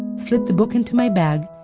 slipped the book into my bag,